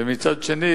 ומצד שני,